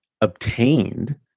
obtained